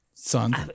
Son